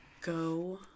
Go